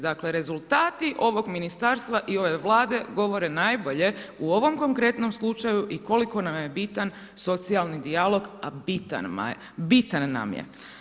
Dakle rezultati ovog ministarstva i ove Vlade govore najbolje u ovom konkretnom slučaju i koliko nam je bitan socijalni dijalog a bitan nam je.